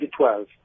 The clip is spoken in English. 2012